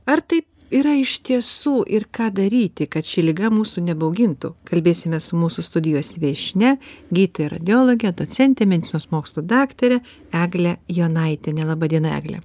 ar taip yra iš tiesų ir ką daryti kad ši liga mūsų nebaugintų kalbėsimės su mūsų studijos viešnia gydytoja radiologe docente medicinos mokslų daktare egle jonaitiene laba diena egle